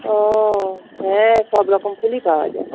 ও হ্যাঁ সব রকম ফুলই পাওয়া যায়